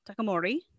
takamori